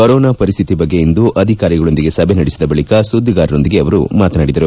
corona ಪರಿಸ್ವಿತಿ ಬಗ್ಗೆ ಇಂದು ಅಧಿಕಾರಿಗಳೊಂದಿಗೆ ಸಭೆ ನಡೆಸಿದ ಬಳಕ ಸುದ್ದಿಗಾರರೊಂದಿಗೆ ಅವರು ಮಾತನಾಡಿದರು